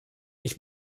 ich